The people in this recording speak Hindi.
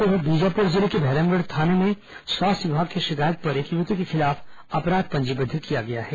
उधर बीजापुर जिले के भैरमगढ़ थाने में स्वास्थ्य विभाग की शिकायत पर एक युवती के खिलाफ अपराध पंजीबद्ध किया गया है